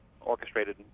orchestrated